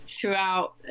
throughout